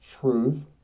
truth